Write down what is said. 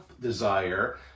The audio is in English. desire